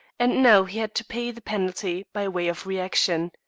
and now he had to pay the penalty by way of reaction.